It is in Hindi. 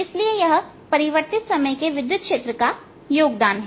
इसलिए यह परिवर्तित समय के विद्युत क्षेत्र का योगदान है